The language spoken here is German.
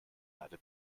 erde